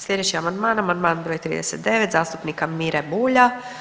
Slijedeći amandman, amandman broj 39. zastupnika Mire Bulja.